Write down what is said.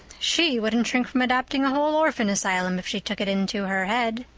she wouldn't shrink from adopting a whole orphan asylum if she took it into her head.